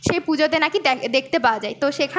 সেই পুজোতে নাকি দেখতে পাওয়া যায় তো সেখানে